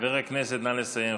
חבר הכנסת, נא לסיים.